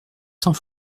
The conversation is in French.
sans